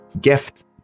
gift